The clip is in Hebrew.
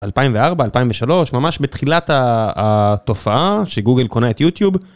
2004, 2003 ממש בתחילת התופעה, שגוגל קונה את יוטיוב.